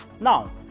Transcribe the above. Now